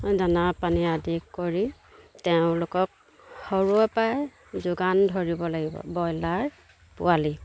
দানা পানী আদি কৰি তেওঁলোকক সৰুৰেপৰাই যোগান ধৰিব লাগিব ব্ৰইলাৰ পোৱালি